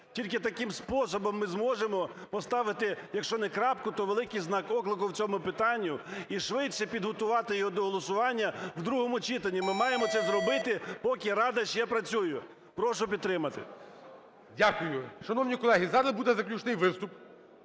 Тільки таким способом ми зможемо поставити якщо не крапку, то великий знак оклику в цьому питанні і швидше підготувати його до голосування в другому читанні. Ми маємо це зробити, поки Рада ще працює. Прошу підтримати. ГОЛОВУЮЧИЙ. Дякую. Шановні колеги, зараз буде заключний виступ